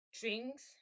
drinks